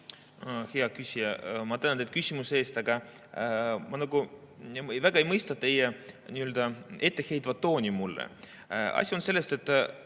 Hea küsija, ma tänan teid küsimuse eest! Aga ma nagu väga ei mõista teie etteheitvat tooni. Asi on selles, et